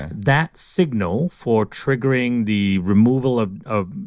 and that signal for triggering the removal of of